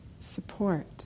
support